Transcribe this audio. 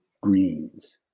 greens